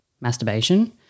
masturbation